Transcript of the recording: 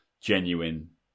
genuine